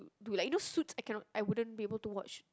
to like you know Suit I cannot I wouldn't be able to watch